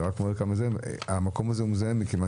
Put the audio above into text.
זה רק מראה כמה המקום הזה מזהם, מכיוון